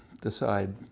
decide